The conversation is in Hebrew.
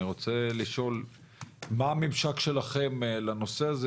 אני רוצה לשאול מה הממשק שלכם לנושא הזה?